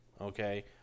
okay